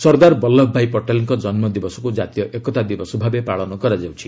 ସର୍ଦ୍ଦାର ବଲ୍ଲଭଭାଇ ପଟେଲ୍ଙ୍କ ଜନ୍ମଦିବସକୁ ଜାତୀୟ ଏକତା ଦିବସ ଭାବେ ପାଳନ କରାଯାଉଛି